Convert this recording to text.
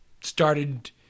started